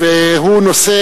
והוא נושא